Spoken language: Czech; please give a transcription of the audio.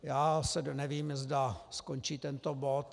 Já nevím, zda skončí tento bod.